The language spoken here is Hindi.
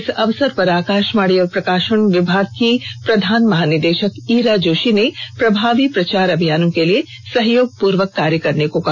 इस अवसर पर आकाशवाणी और प्रकाशन विभाग की प्रधान महानिदेशक ईरा जोशी ने प्रभावी प्रचार अभियानों के लिए सहयोगपूर्वक कार्य करने को कहा